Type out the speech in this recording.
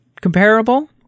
comparable